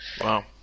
Wow